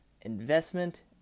investment